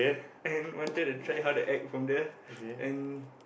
and wanted to try how to act from there and